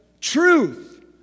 truth